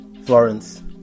Florence